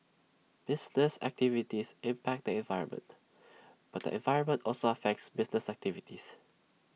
business activities impact the environment but the environment also affects business activities